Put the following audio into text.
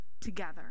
together